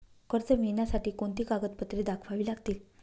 कर्ज मिळण्यासाठी कोणती कागदपत्रे दाखवावी लागतील?